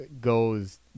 goes